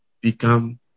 become